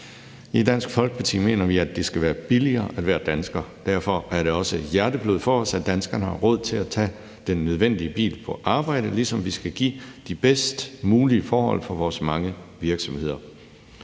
I Dansk Folkeparti mener vi, at det skal være billigere at være dansker. Derfor er det også hjerteblod for os, at danskerne har råd til at tage den nødvendige bil på arbejde, ligesom vi skal give de bedst mulige forhold for vores mange virksomheder.